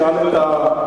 אוקיי.